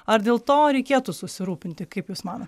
ar dėl to reikėtų susirūpinti kaip jūs mano